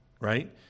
right